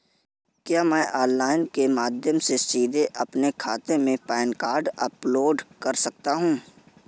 क्या मैं ऑनलाइन के माध्यम से सीधे अपने खाते में पैन कार्ड अपलोड कर सकता हूँ?